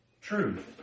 Truth